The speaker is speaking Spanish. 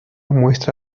muestra